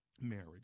marriage